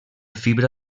fibra